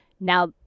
Now